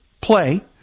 play